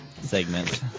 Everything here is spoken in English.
segment